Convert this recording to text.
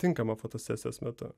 tinkama fotosesijos metu